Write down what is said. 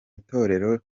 itorero